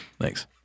Thanks